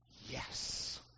yes